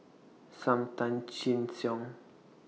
SAM Tan Chin Siong